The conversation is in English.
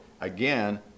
Again